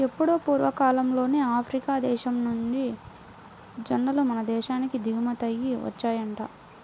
ఎప్పుడో పూర్వకాలంలోనే ఆఫ్రికా దేశం నుంచి జొన్నలు మన దేశానికి దిగుమతయ్యి వచ్చాయంట